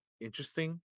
interesting